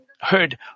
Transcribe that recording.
heard